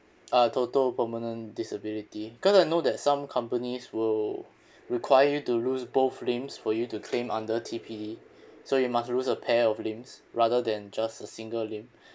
uh total permanent disability cause I know that some companies will require you to lose both limbs for you to claim under T_P_D so you must lose a pair of limbs rather than just a single limb